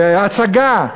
הצגה,